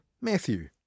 Matthew